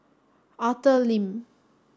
Arthur Lim